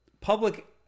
Public